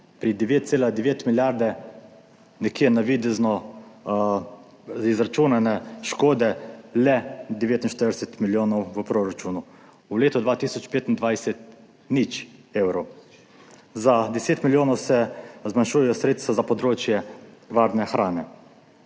pri 9,9 milijarde nekje navidezno izračunane škode, le 49 milijonov v proračunu, v letu 2025 nič evrov. Za 10 milijonov se zmanjšujejo sredstva za področje varne hrane.